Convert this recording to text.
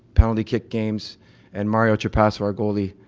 penalty kick games and mario trapasso our goalie,